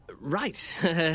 Right